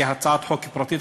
כהצעת חוק פרטית,